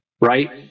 right